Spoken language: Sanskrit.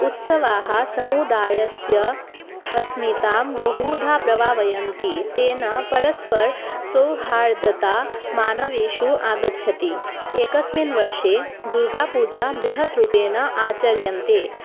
उत्सवाः समुदायस्य अस्मितां बहुधा प्रभावयन्ति तेन परस्परं सौहार्दता मानवेषु आगच्छति एकस्मिन् वर्षे दुर्गापूजा बृहत् रूपेण आचर्यन्ते